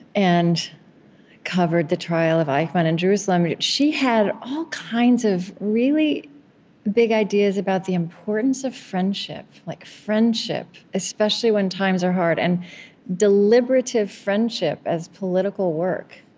and covered the trial of eichmann in jerusalem. she had all kinds of really big ideas about the importance of friendship like friendship, especially when times are hard, and deliberative friendship as political work,